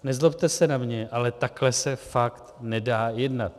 Nezlobte se na mě, ale takhle se fakt nedá jednat.